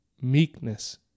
meekness